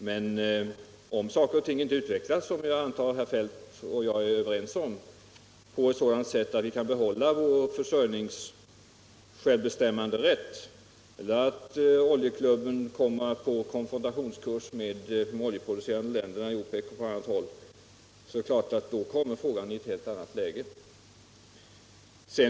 Men jag antar att herr Feldt och jag är överens om att om saker och ting inte utvecklas på ett sådant sätt att vi kan behålla vår självbestämmanderätt över försörjningen eller om Oljeklubben går på konfrontationskurs mot de oljeproducerande länderna i OPEC kommer frågan i ett helt annat läge.